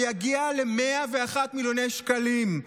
ושיגיע ל-101 מיליון שקלים.